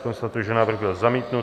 Konstatuji, že návrh byl zamítnut.